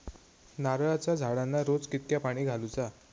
नारळाचा झाडांना रोज कितक्या पाणी घालुचा?